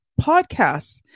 podcasts